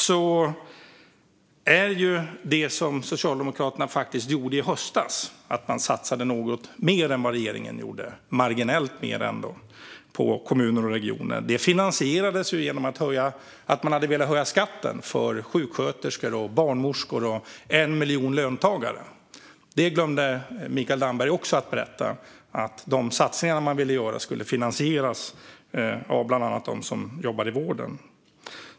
När Socialdemokraterna i höstas faktiskt satsade något mer än vad regeringen gjorde - marginellt mer, men ändå - på kommuner och regioner ville de finansiera det genom att höja skatten för sjuksköterskor och barnmorskor och en miljon löntagare. Mikael Damberg glömde att berätta att de satsningar man ville göra skulle finansieras av bland annat dem som jobbar inom vården.